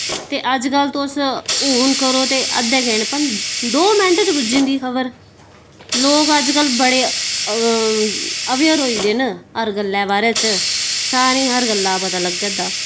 ते अज्जकल तुस हुन करो ते अद्धे दो मैंट च पुज्जी जंदी खबर लोक अज्ज्कल बड़े अवेयर होई दे न हर गल्लै बारे च सारें हर गल्ला पता लग्गा दा